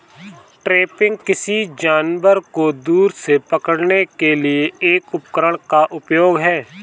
trapping, किसी जानवर को दूर से पकड़ने के लिए एक उपकरण का उपयोग है